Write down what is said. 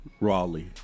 Raleigh